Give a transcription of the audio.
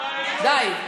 די.